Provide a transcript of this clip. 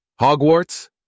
Hogwarts